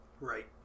Right